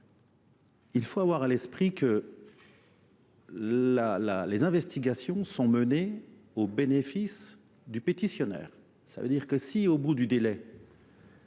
il faut avoir à l’esprit que les investigations sont menées au bénéfice du pétitionnaire. Cela signifie que, si au terme du délai,